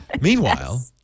Meanwhile